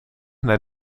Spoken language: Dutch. naar